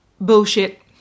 bullshit